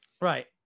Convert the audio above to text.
right